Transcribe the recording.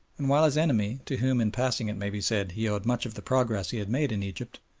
and while his enemy, to whom, in passing it may be said, he owed much of the progress he had made in egypt,